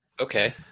Okay